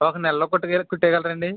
ఒక నెల లోపల కుట్టి ఇవ్వగలరాండి